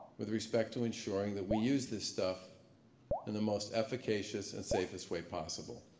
with respect to ensuring that we use this stuff in the most efficacious and safest way possible.